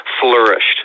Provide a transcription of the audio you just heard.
flourished